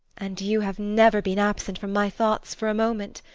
and you have never been absent from my thoughts for a moment.